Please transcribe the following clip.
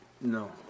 No